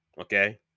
Okay